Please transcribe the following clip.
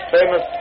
famous